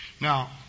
Now